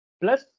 plus